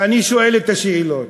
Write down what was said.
אני שואל את השאלות,